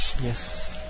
Yes